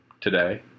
today